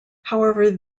however